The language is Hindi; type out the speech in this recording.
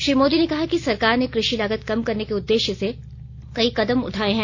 श्री मोदी ने कहा सरकार ने कृषि लागत कम करने के उद्देश्य से कई कदम उठाए हैं